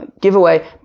giveaway